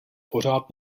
pořád